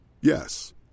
Yes